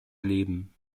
leben